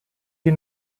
die